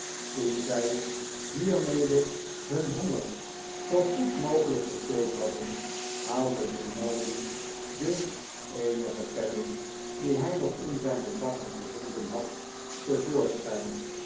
toen zij hiermede hun honger zoo goed mogelijk gestild hadden haalde grimaldi den eenigen penning dien hij nog in zijne zakken gevonden had